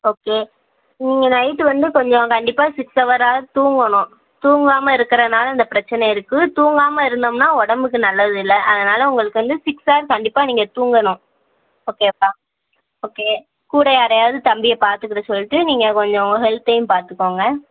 okay நீங்கள் night வந்து கொஞ்சம் கண்டிப்பாக சிக்ஸ் ஹவராவது தூங்கணும் தூங்காமல் இருக்கிறனால இந்த பிரச்சின இருக்குது தூங்காமல் இருந்தோம்னால் உடம்புக்கு நல்லது இல்லை அதனால் உங்களுக்கு வந்து சிக்ஸ் ஹவர்ஸ் கண்டிப்பாக நீங்கள் தூங்கணும் ஓகேவா ஓகே கூட யாரையாவது தம்பியை பார்த்துக்கிட சொல்லிவிட்டு நீங்கள் கொஞ்சம் உங்கள் ஹெல்த்தையும் பார்த்துக்கோங்க